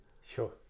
Sure